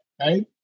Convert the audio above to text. right